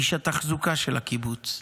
איש התחזוקה של הקיבוץ,